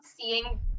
seeing